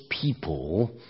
people